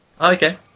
Okay